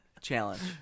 challenge